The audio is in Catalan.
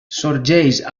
sorgeix